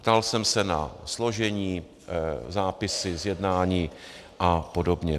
Ptal jsem se na složení, zápisy z jednání apod.